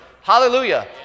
Hallelujah